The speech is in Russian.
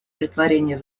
претворения